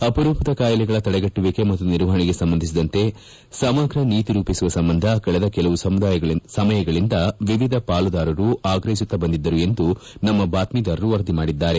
ಅಪರೂಪದ ಕಾಯಿಲೆಗಳ ತಡೆಗಟ್ಟುವಿಕೆ ಮತ್ತು ನಿರ್ವಹಣೆಗೆ ಸಂಬಂಧಿಸಿದಂತೆ ಸಮಗ್ರ ನೀತಿ ರೂಪಿಸುವ ಸಂಬಂಧ ಕಳೆದ ಕೆಲವು ಸಮಯಗಳಿಂದ ವಿವಿಧ ಪಾಲುದಾರರು ಆಗ್ರಹಿಸುತ್ತಾ ಬಂದಿದ್ದರು ಎಂದು ನಮ್ಮ ಬಾತ್ಮೀದಾರರು ವರದಿ ಮಾಡಿದ್ದಾರೆ